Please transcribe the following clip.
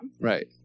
Right